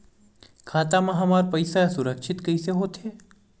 खाता मा हमर पईसा सुरक्षित कइसे हो थे?